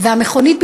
והמכונית,